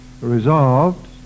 resolved